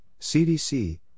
CDC